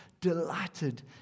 delighted